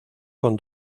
con